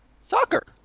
Soccer